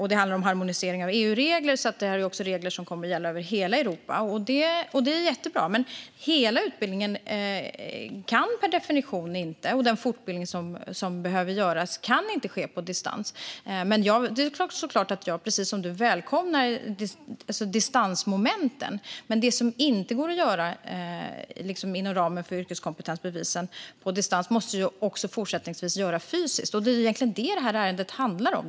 Det handlar om harmonisering av EU-regler, som kommer att gälla över hela Europa. Det är jättebra. Hela utbildningen och den fortbildning som behövs kan dock per definition inte ske på distans. Det är klart att jag, precis som du, välkomnar distansmomenten, men det som inte går att göra på distans inom ramen för yrkeskompetensbevisen måste också fortsättningsvis göras fysiskt. Det är egentligen detta som ärendet handlar om.